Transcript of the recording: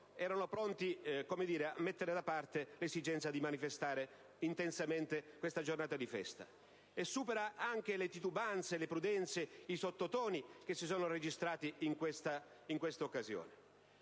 erano pronti a mettere da parte l'esigenza di manifestare intensamente questa giornata di festa; un messaggio che supera altresì la titubanza, le prudenze e i sottotoni che si sono registrati in questa occasione.